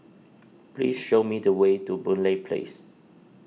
please show me the way to Boon Lay Place